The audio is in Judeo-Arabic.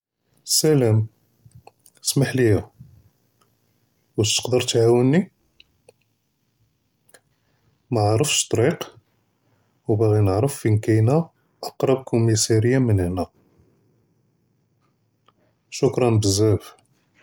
סְלָאם, סְמַח לִיָא, וָאש תְּקְדֶר תְעָאוֶנְנִי, מָא עָארֶפְּש אֶטְּרִיק, וּבָעְ'י נְעְרֶף וִין כָּאיְנָה אַקְרַב קוֹמִיסַארִיָּה מִן הְנָא, שֻׁכְּרָאן בְּזָאפ.